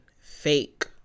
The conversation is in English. fake